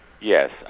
Yes